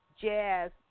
jazz